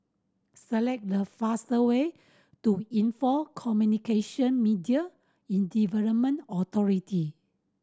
select the fastest way to Info Communication Media in Development Authority